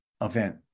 event